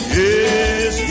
yes